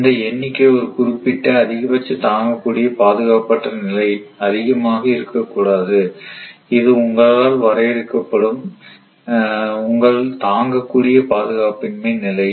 இந்த எண்ணிக்கை ஒரு குறிப்பிட்ட அதிகபட்ச தாங்கக்கூடிய பாதுகாப்பற்ற நிலை அதிகமாக இருக்கக்கூடாது இது உங்களால் வரையறுக்கப்படும் உங்கள் தாங்கக்கூடிய பாதுகாப்பின்மை நிலை